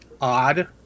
odd